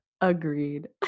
Agreed